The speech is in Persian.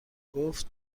گفت